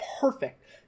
perfect